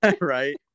right